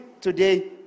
today